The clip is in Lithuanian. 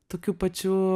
tokiu pačiu